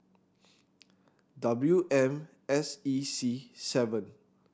W M S E C seven